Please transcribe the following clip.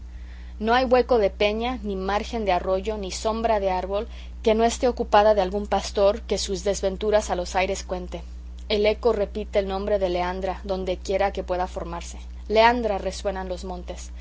no hay hueco de peña ni margen de arroyo ni sombra de árbol que no esté ocupada de algún pastor que sus desventuras a los aires cuente el eco repite el nombre de leandra dondequiera que pueda formarse leandra resuenan los montes